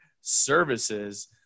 services